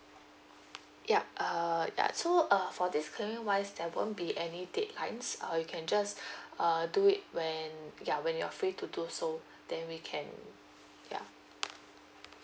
yup err ya so uh for this claiming wise there won't be any deadlines uh you can just uh do it when ya when you are free to do so then we can ya